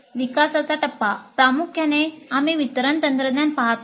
विकासाचा टप्पा प्रामुख्याने आम्ही वितरण तंत्रज्ञान पहात आहोत